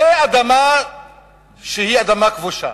זוהי אדמה שהיא אדמה כבושה,